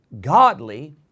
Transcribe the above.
godly